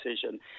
decision